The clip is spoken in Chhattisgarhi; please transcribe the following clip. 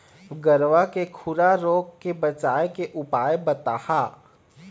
गरवा के खुरा रोग के बचाए के उपाय बताहा?